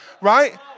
right